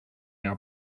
our